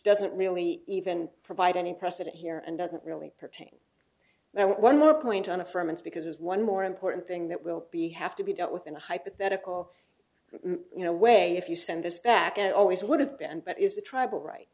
doesn't really even provide any precedent here and doesn't really pertain that one more point on affirmative because one more important thing that will be have to be dealt with in a hypothetical you know way if you send this back i always would have been but is the trouble right